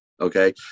Okay